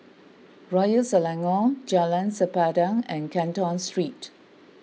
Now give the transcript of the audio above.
Royal Selangor Jalan Sempadan and Canton Street